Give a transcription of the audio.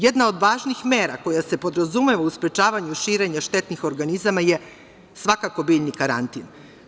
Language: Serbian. Jedna od važnih mera koja se podrazumeva u sprečavanju širenja štetnih organizama je svakako biljni karantin.